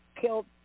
killed